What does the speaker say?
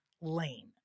lane